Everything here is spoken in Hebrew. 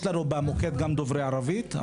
יש לנו במוקד גם דוברי ערבית.